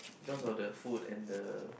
because of the food and the